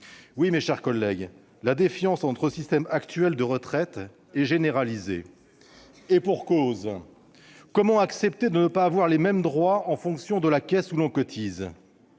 Oui, je le répète, la défiance en notre système actuel de retraite est généralisée. Et pour cause ! Comment accepter de ne pas avoir les mêmes droits en fonction de la caisse à laquelle l'on cotise ?